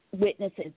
witnesses